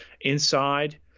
Inside